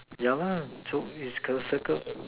yeah so is a circle